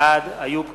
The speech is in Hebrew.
בעד איוב קרא,